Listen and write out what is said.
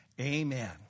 amen